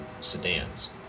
sedans